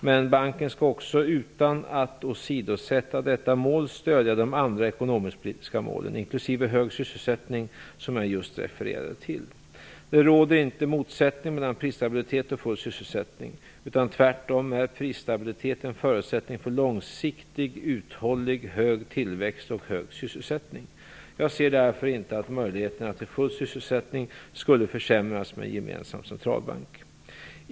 Men banken skall också, utan att åsidosätta detta mål, stödja de andra ekonomisk-politiska mål - inklusive hög sysselsättning - som jag just refererade till. Det råder inte motsättning mellan prisstabilitet och full sysselsättning, utan tvärtom är prisstabilitet en förutsättning för långsiktigt uthållig hög tillväxt och hög sysselsättning. Jag ser därför inte att möjligheterna till full sysselsättning skulle försämras med en gemensam centralbank.